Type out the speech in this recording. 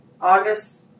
August